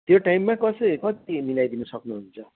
त्यो टाइममा कति मिलाइदिनु सक्नुहुन्छ